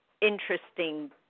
interesting